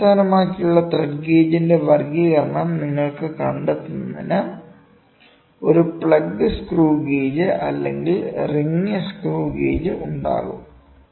form അടിസ്ഥാനമാക്കിയുള്ള thread ഗേജിന്റെ വർഗ്ഗീകരണം നിങ്ങൾക്ക് കണ്ടെത്തുന്നതിന് ഒരു പ്ലഗ് സ്ക്രൂ ഗേജ് അല്ലെങ്കിൽ റിംഗ് സ്ക്രൂ ഗേജ് ഉണ്ടാകും